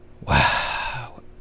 Wow